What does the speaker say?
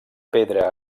pedra